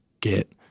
get